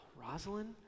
Rosalind